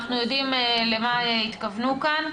אנחנו יודעים למה התכוונו כאן.